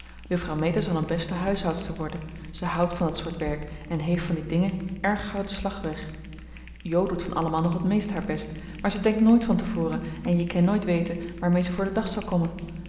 meta zal een beste huishoudster wordt ze hout van dat soort werk en heef van de dinge erg gou de slag weg jo doet van allemaal nog het meest haar best maar ze denkt nooit van te vore en je ken nooit wete waarmee ze voor den dag zal komme